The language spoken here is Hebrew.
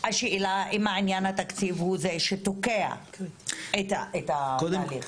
השאלה אם עניין התקציב הוא זה שתוקע את התהליך?